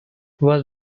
was